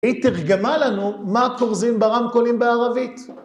היא תרגמה לנו מה כורזים ברמקולים בערבית.